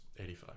85